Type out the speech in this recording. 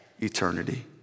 eternity